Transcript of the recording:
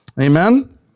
amen